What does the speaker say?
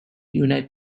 united